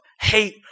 hate